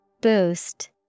Boost